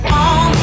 on